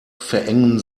verengen